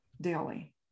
daily